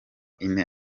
ine